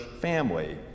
family